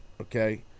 okay